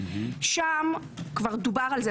שם כבר דובר על זה.